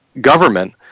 government